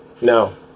No